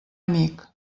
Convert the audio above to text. amic